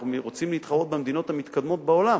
אנחנו רוצים להתחרות במדינות המתקדמות בעולם,